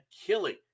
killing